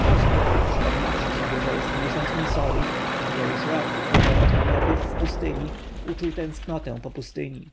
to znowu przypomniawszy sobie że jest miesiąc misori że już rok upłynął od manewrów w pustyni uczuł tęsknotę po pustyni